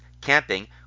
camping